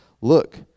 look